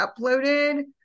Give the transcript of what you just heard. uploaded